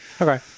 Okay